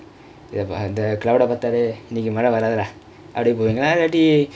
இல்ல அந்த:illa andtha cloud பாத்தாலே இன்னிக்கி மழை வராதுடா இல்லாட்டி:paathaale inniki malazi varaathudaa illaatti